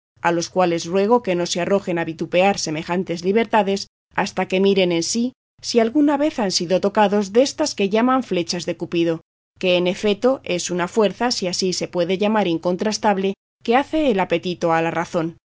a los cuales ruego que no se arrojen a vituperar semejantes libertades hasta que miren en sí si alguna vez han sido tocados destas que llaman flechas de cupido que en efeto es una fuerza si así se puede llamar incontrastable que hace el apetito a la razón